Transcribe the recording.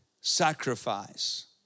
sacrifice